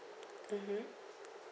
mmhmm